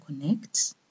connect